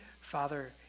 Father